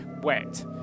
wet